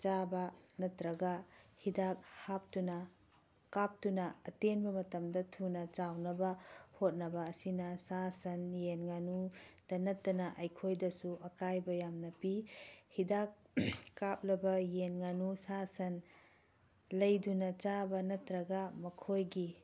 ꯆꯥꯕ ꯅꯠꯇ꯭ꯔꯒ ꯍꯤꯗꯥꯛ ꯍꯥꯞꯇꯨꯅ ꯀꯥꯞꯇꯨꯅ ꯑꯇꯦꯟꯕ ꯃꯇꯝꯗ ꯊꯨꯅ ꯆꯥꯎꯅꯕ ꯍꯣꯠꯅꯕ ꯑꯁꯤꯅ ꯁꯥ ꯁꯟ ꯌꯦꯟ ꯉꯥꯅꯨꯇ ꯅꯠꯇꯅ ꯑꯩꯈꯣꯏꯗꯁꯨ ꯑꯀꯥꯏꯕ ꯌꯥꯝꯅ ꯄꯤ ꯍꯤꯗꯥꯛ ꯀꯥꯞꯂꯕ ꯌꯦꯟ ꯉꯥꯅꯨ ꯁꯥ ꯁꯟ ꯂꯩꯗꯨꯅ ꯆꯥꯕ ꯅꯠꯇ꯭ꯔꯒ ꯃꯈꯣꯏꯒꯤ